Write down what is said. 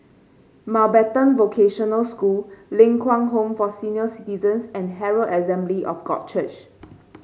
Mountbatten Vocational School Ling Kwang Home for Senior Citizens and Herald Assembly of God Church